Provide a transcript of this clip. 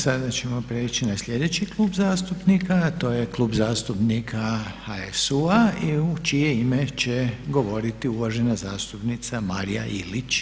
Sada ćemo priječi na sljedeći klub zastupnika, a to je Klub zastupnika HSU-a i u čije ime će govoriti uvažena zastupnica Marija Ilić.